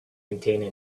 contained